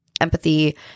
empathy